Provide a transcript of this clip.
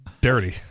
dirty